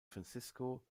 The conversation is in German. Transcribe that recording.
francisco